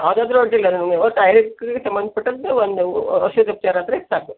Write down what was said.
ಯಾವುದಾದ್ರೂ ಅಡ್ಡಿಯಿಲ್ಲ ನನಗೆ ಒಟ್ಟು ಆಯುರ್ವೇದಿಕ್ ಸಂಬಂಧ ಪಟ್ಟಂತೆ ಒಂದು ಔಷಧ ಉಪಚಾರ ಆದರೆ ಸಾಕು